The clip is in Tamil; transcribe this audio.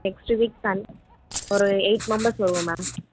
நெக்ஸ்ட் வீக் சன்டே ஒரு எயிட் மெம்பர்ஸ் வருவோம் மேம்